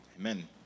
amen